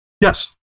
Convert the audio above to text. Yes